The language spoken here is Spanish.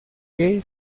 que